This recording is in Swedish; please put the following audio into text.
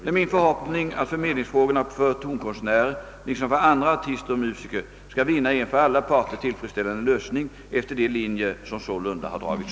Det är nin förhoppning att förmedlingsfrå 30rna för tonkonstnärer liksom för andra artister och musiker skall vinna en för alla parter tillfredsställande lösning efter de linjer som sålunda har dragits